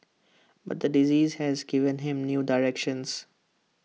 but the disease has given him new direction